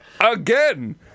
again